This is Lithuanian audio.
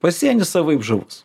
pasienis savaip žavus